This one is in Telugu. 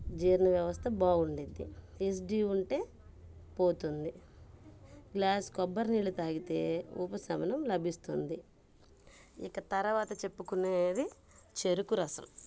జీర్ణవ్యవస్థ బాగుండిద్ది అసిడిటీ ఉంటే పోతుంది గ్లాస్ కొబ్బరి నీళ్లు తాగితే ఉపశమనం లభిస్తుంది ఇక తర్వాత చెప్పుకునేది చెరుకు రసం